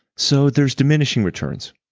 so there's diminishing returns.